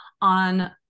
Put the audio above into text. on